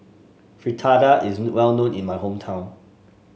fritada is well known in my hometown